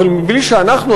אבל בלי שאנחנו,